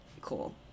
cool